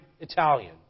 Italian